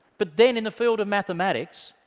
but then in the field of mathematics,